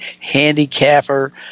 handicapper